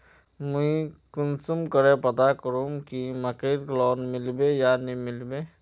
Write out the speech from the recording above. मुई कुंसम करे पता करूम की मकईर लोन मिलबे या नी मिलबे?